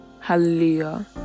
Hallelujah